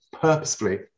purposefully